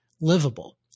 livable